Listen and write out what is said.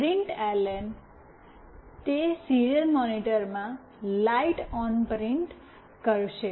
પ્રિન્ટએલેન તે સીરીયલ મોનિટરમાં light on print કરશે